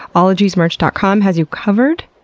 ologiesmerch dot com has you covered,